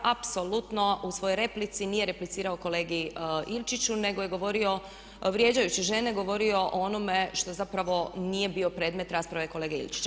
Apsolutno u svojoj replici nije replicirao kolegi Ilčiću nego je govorio vrijeđajući žene govorio o onome što zapravo nije bio predmet rasprave kolege Ilčića.